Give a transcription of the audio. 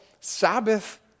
Sabbath